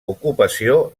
ocupació